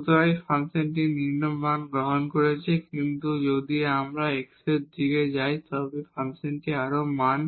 সুতরাং এখানে ফাংশনটি নিম্ন মান গ্রহণ করছে কিন্তু যদি আমরা x এর দিক দিয়ে যাই তবে ফাংশনটি আরো মান